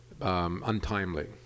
Untimely